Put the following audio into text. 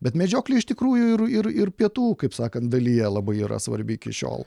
bet medžioklė iš tikrųjų ir ir ir pietų kaip sakant dalyje labai yra svarbi iki šiol